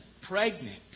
pregnant